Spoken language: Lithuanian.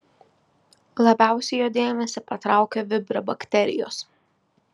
labiausiai jo dėmesį patraukė vibrio bakterijos